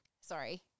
sorry